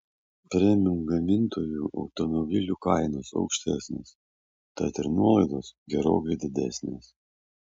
premium gamintojų automobilių kainos aukštesnės tad ir nuolaidos gerokai didesnės